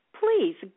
please